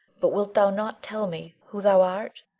but wilt thou not tell me who thou art?